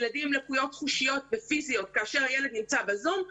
ילדים עם לקויות חושיות ופיזיות כאשר הילד נמצא בזום,